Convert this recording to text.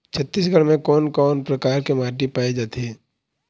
छत्तीसगढ़ म कोन कौन प्रकार के माटी पाए जाथे?